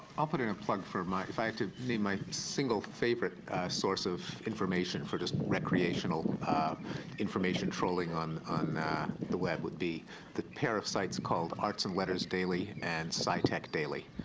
i'll put in a plug for my if i had to name my single favorite source of information for just recreational information trolling on on the the web would be the pair of sites called arts and letters daily and scitechdaily,